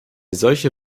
solche